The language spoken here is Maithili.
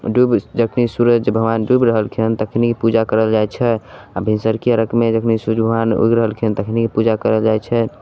डूब जखन सूर्ज भगबान डुबि रहलखिन तखनी पूजा करल जाइत छै आ भिनसरकी अरगमे जखनी सूर्ज भगबान उगि रहलखिन तखनी पूजा करल जाइत छै